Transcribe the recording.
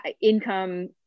income